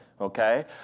Okay